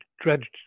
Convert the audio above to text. dredged